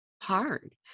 hard